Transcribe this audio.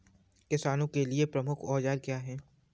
किसानों के लिए प्रमुख औजार क्या हैं?